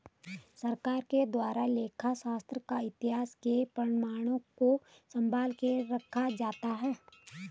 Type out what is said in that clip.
सरकार के द्वारा लेखा शास्त्र का इतिहास के प्रमाणों को सम्भाल के रखा जाता है